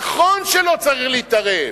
נכון שלא צריך להתערב.